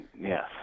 Yes